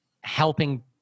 helping